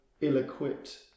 ill-equipped